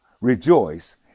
rejoice